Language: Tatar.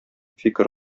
фикер